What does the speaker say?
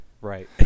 Right